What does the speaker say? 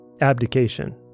abdication